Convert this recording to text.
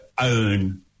own